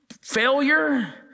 failure